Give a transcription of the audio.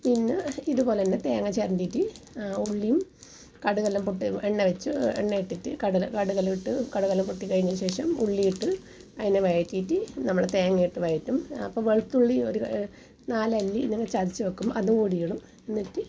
പിന്നെ ഇതുപോലെ തന്നെ തേങ്ങ ചുരണ്ടിയിട്ട് ഉള്ളിയും കടുകെല്ലാം പൊട്ടി എണ്ണ വെച്ച് എണ്ണയിട്ടിട്ട് കടുകെല്ലാമിട്ട് കടുകെല്ലാം പൊട്ടി കഴിഞ്ഞ ശേഷം ഉള്ളിയിട്ട് അതിനെ വഴറ്റിയിട്ട് നമ്മൾ തേങ്ങയിട്ട് വയറ്റും അപ്പോൾ വെളുത്തുള്ളിയും ഒരു നാല്ലല്ലി ഇങ്ങനെ ചതച്ച് വെക്കും അതുകൂടിയിടും എന്നിട്ട്